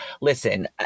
Listen